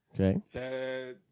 Okay